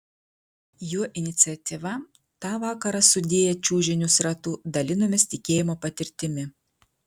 jo iniciatyva tą vakarą sudėję čiužinius ratu dalinomės tikėjimo patirtimi